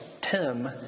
Tim